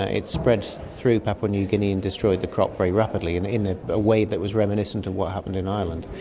ah it spread through papua new guinea and destroyed the crop very rapidly and in ah a way that was reminiscent of what happened in ireland.